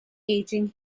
ageing